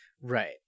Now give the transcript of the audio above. Right